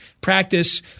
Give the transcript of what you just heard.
practice